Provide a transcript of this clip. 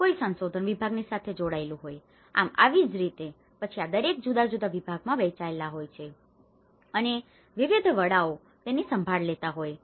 આમ આવી જ રીતે પછી આ દરેકને જુદા જુદા વિભાગોમાં વહેંચવામાં આવે છે અને વિવિધ વડાઓ તેની સંભાળ લેતા હોય છે